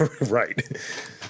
right